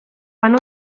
banu